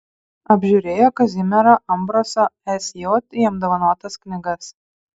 apžiūrėjo kazimiero ambraso sj jam dovanotas knygas